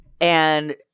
And-